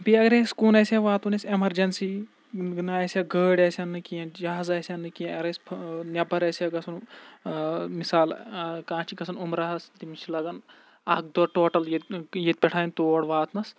بیٚیہِ اگرے أسۍ کُن آسہِ ہا واتُن اَسہِ ایٚمَرجَنسی نہٕ آسہِ ہا گٲڑۍ آسہِ ہا نہٕ کینٛہہ جَہاز آسہِ ہا نہٕ کینٛہہ اَگَر اَسہِ نٮ۪بَر آسہِ ہا گژھُن مِثال کانٛہہ چھِ گژھان عُمرہَس تٔمِس چھِ لَگان اَکھ دۄہ ٹوٹَل ییٚتہِ ییٚتہِ پٮ۪ٹھان تور واتنَس